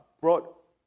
brought